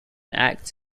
act